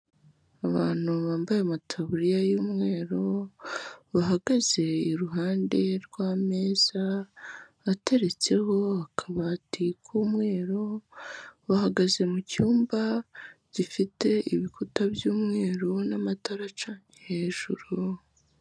Abantu bambaye amataburiya y'umweru, bahagaze iruhande rw'ameza, ateretseho akabati k'umweru, bahagaze mu cyumba, gifite ibikuta by'umweru n'amatara acanye hejuru.